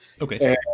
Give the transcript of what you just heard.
Okay